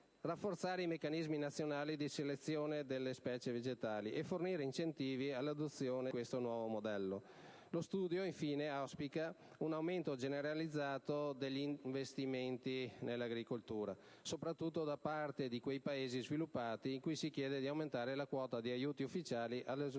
attrarre i meccanismi nazionali di selezione delle specie vegetali e fornire incentivi all'adozione di questo nuovo modello. Lo studio auspica infine un aumento generalizzato degli investimenti nell'agricoltura, soprattutto da parte dei Paesi sviluppati cui si chiede di aumentare la quota di aiuti ufficiali allo sviluppo